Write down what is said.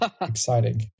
exciting